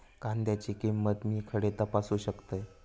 कांद्याची किंमत मी खडे तपासू शकतय?